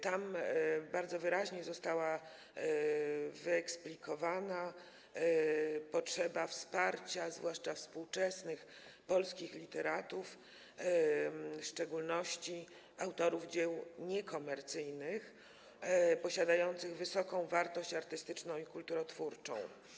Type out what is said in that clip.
Tam bardzo wyraźnie została wyeksplikowana potrzeba wsparcia zwłaszcza współczesnych polskich literatów, w szczególności autorów dzieł niekomercyjnych, posiadających wysoką wartość artystyczną i kulturotwórczą.